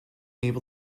able